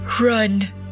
Run